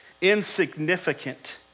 insignificant